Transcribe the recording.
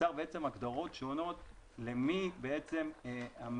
יצר הגדרות שונות למי הממונה